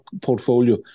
portfolio